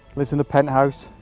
lives in a pent house,